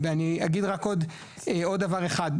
ואני אגיד רק עוד דבר אחד.